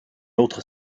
autre